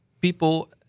people